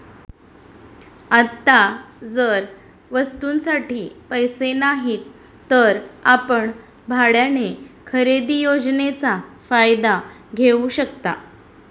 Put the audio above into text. आता जर वस्तूंसाठी पैसे नाहीत तर आपण भाड्याने खरेदी योजनेचा फायदा घेऊ शकता